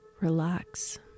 Relax